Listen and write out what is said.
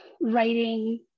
writing